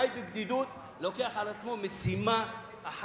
חי בבדידות, לוקח על עצמו משימה אחת: